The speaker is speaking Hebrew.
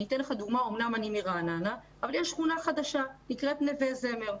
אני אתן לך דוגמה: אני מרעננה ויש שכונה חדשה בשם נווה זמר,